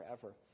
forever